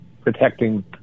protecting